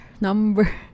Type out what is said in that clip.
Number